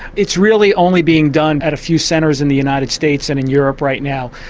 it's really only being done at a few centres in the united states and in europe right now.